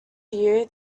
view